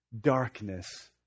darkness